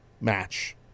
match